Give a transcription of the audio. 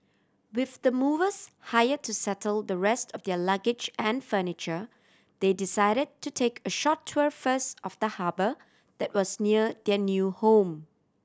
with the movers hired to settle the rest of their luggage and furniture they decided to take a short tour first of the harbour that was near their new home